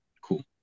cool